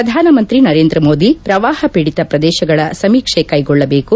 ಪ್ರಧಾನಮಂತ್ರಿ ನರೇಂದ್ರಮೋದಿ ಪ್ರವಾಪ ಪೀಡಿತ ಪ್ರದೇಶಗಳ ಸಮೀಕ್ಷೆ ಕೈಗೊಳ್ಳಬೇಕು